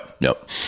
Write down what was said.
nope